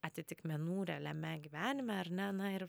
atitikmenų realiame gyvenime ar ne na ir